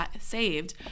saved